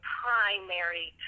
primary